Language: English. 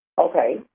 Okay